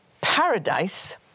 paradise